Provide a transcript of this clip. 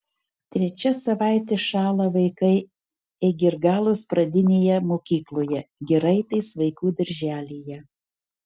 trečia savaitė šąla vaikai eigirgalos pradinėje mokykloje giraitės vaikų darželyje